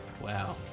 Wow